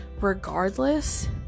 regardless